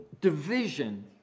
division